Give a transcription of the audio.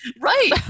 right